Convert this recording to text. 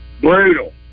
Brutal